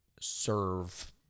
serve